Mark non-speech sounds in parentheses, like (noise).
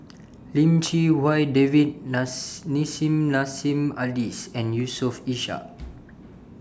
Lim Chee Wai David (unintelligible) Nissim Nassim Adis and Yusof Ishak